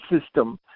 system